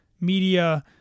media